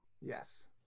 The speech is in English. Yes